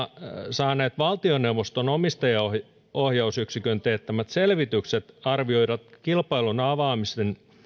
saaneet valtioneuvoston omistajaohjausyksikön teettämät selvitykset arvioivat kilpailun